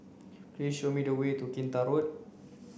please show me the way to Kinta Road